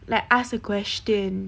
like ask a question